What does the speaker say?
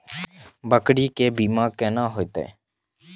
बकरी के बीमा केना होइते?